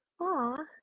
Aw